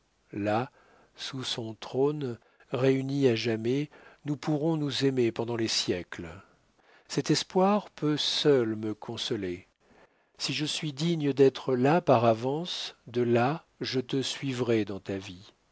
là sous son trône réunis à jamais nous pourrons nous aimer pendant les siècles cet espoir peut seul me consoler si je suis digne d'être là par avance de là je te suivrai dans ta vie